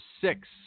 six